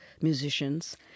musicians